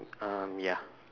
um ya